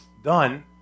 Done